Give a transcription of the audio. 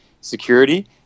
security